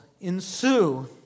ensue